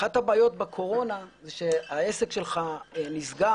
אחת הבעיות בקורונה היא שהעסק שלך נסגר